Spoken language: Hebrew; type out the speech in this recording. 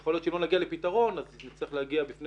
יכול להיות שאם לא נגיע לפתרון אז נצטרך להגיע בפני